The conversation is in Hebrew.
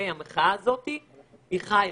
המחאה הזו היא חיה.